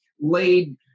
laid